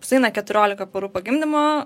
sueina keturiolika parų po gimdymo